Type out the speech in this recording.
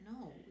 No